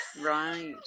Right